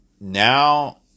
Now